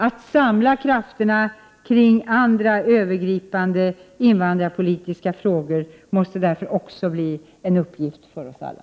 Att samla krafterna kring andra övergripande invandringspolitiska frågor måste därför också bli en uppgift för oss alla.